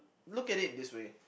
look at it this way